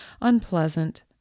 unpleasant